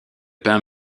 pain